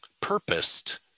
purposed